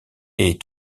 est